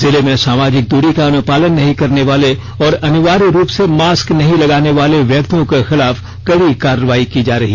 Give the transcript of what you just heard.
जिले में सामाजिक द्री का अनुपालन नहीं करने वाले और अनिवार्य रूप से मास्क नहीं लगाने वाले व्यक्तियों के खिलाफ कड़ी कार्रवाई की जाएगी